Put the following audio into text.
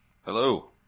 Hello